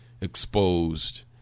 Exposed